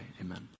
Amen